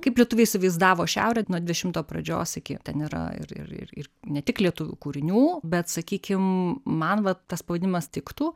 kaip lietuviai įsivaizdavo šiaurę nuo dvidešimto pradžios iki ten yra ir ir ir ir ne tik lietuvių kūrinių bet sakykim man va tas pavadinimas tiktų